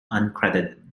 uncredited